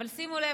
אבל שימו לב,